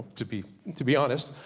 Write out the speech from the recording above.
to be to be honest.